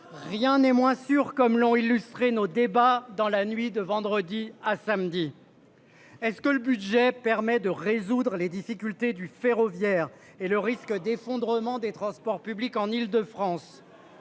Rien n'est moins sûr, comme l'ont illustré nos débats dans la nuit de vendredi à samedi. Est-ce que le budget permet de résoudre les difficultés du ferroviaire et le risque d'effondrement des transports publics en Île-de-France.